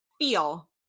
Feel